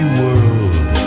world